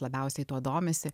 labiausiai tuo domisi